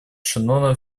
шеннона